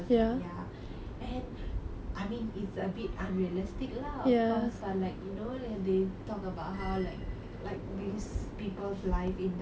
ya and I mean it's a bit unrealistic lah of course but like you know when they talk about how like like these people live in the hospital